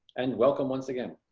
and welcome once again.